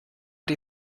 die